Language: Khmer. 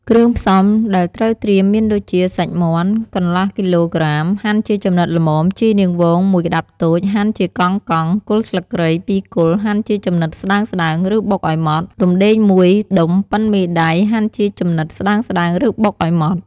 គ្រឿងផ្សំដែលត្រូវត្រៀមមានដូចជា សាច់មាន់ កន្លះគីឡូក្រាម ហាន់ជាចំណិតល្មម ជីនាងវង ១ ក្តាប់តូច ហាន់ជាកង់ៗ គល់ស្លឹកគ្រៃ ២ គល់ ហាន់ជាចំណិតស្តើងៗ ឬបុកឱ្យម៉ដ្ឋ រំដេង ១ ដុំប៉ុនមេដៃ ហាន់ជាចំណិតស្តើងៗ ឬបុកឱ្យម៉ដ្ឋ។